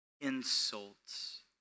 insults